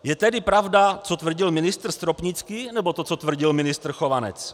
Je tedy pravda, co tvrdil ministr Stropnický, nebo to, co tvrdil ministr Chovanec?